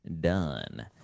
done